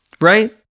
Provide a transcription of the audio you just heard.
Right